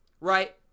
right